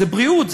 זה בריאות,